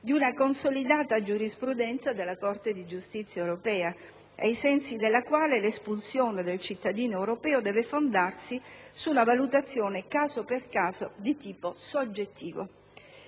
di una consolidata giurisprudenza della Corte di giustizia europea, ai sensi della quale l'espulsione del cittadino europeo deve fondarsi su una valutazione caso per caso, di tipo soggettivo.